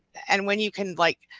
and when you can like